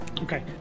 okay